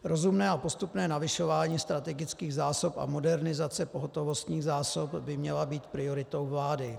Rozumné a postupné navyšování strategických zásob a modernizace pohotovostních zásob by měly být prioritou vlády.